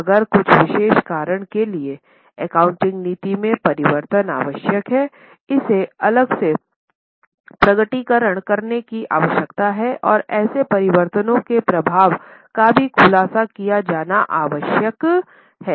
अगर कुछ विशेष कारण के लिए एकाउंटिंग नीति में परिवर्तन आवश्यक है इसे अलग से प्रकटीकरण करने की आवश्यकता है और ऐसे परिवर्तनों के प्रभाव का भी खुलासा किया जाना आवश्यक है